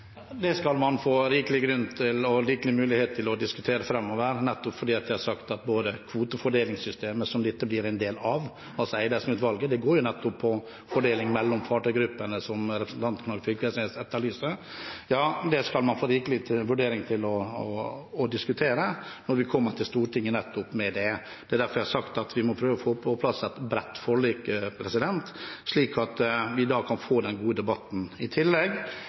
Det skal man få rikelig mulighet til å diskutere framover, for kvotesystemet, som dette blir en del av, altså Eidesen-utvalgets utredning, går jo nettopp på fordeling mellom fartøygruppene, som representanten Knag Fylkesnes etterlyser. Ja, det skal man få rikelig anledning til å diskutere når vi kommer til Stortinget med dette. Det er derfor jeg har sagt at vi må prøve å få på plass et bredt forlik, slik at vi da kan få den gode debatten. I tillegg